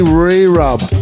re-rub